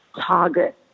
target